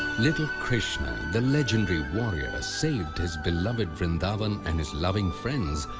little krishna the legendary warrior saved his beloved vrindavan and his loving friends,